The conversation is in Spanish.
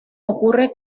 ocurre